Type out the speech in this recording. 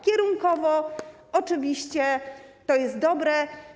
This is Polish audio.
Kierunkowo oczywiście to jest dobre.